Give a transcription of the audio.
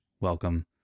Welcome